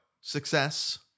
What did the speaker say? Success